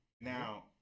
now